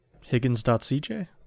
Higgins.CJ